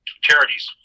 charities